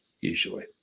usually